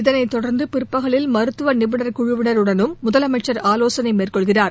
இதனைத்தொடர்ந்து பிற்பகலில் மருத்துவ நிபுணர் குழுவினருடனும் முதலமைச்சர் ஆலோசனை மேற்கொள்கிறார்